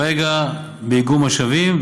כרגע זה באיגום משאבים,